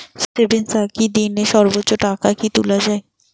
Savings থাকি দিনে সর্বোচ্চ টাকা কি তুলা য়ায়?